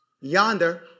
Yonder